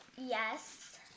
Yes